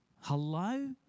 Hello